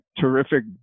terrific